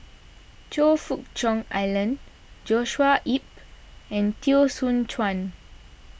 Choe Fook Cheong Alan Joshua Ip and Teo Soon Chuan